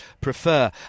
prefer